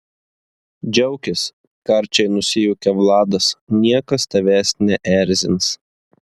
džiaukis karčiai nusijuokia vladas niekas tavęs neerzins